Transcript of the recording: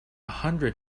hundred